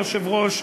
אדוני היושב-ראש,